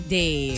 day